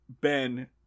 Ben